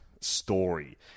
story